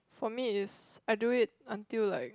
for it's I do it until like